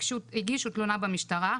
הגישו תלונה במשטרה,